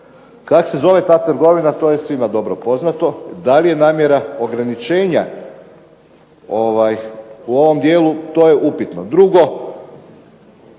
Kako se zove ta trgovina to je svima dobro poznato. Da li je namjera ograničenja u ovom dijelu to je upitno. Drugo,